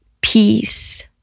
peace